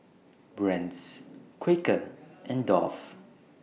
Brand's Quaker and Dove